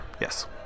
Yes